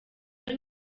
iyo